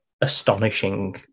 astonishing